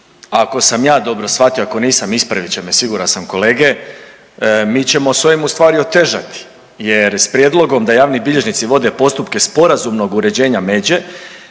Ako sam ja dobro shvatio, ako nisam ispravit će me siguran sam kolege, mi ćemo s ovim ustvari otežati jer s prijedlogom da javni bilježnici vode postupke sporazumnog uređenja međe,